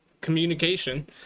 communication